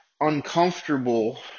uncomfortable